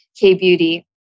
K-beauty